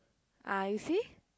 ah you see